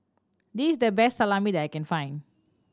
this is the best Salami that I can find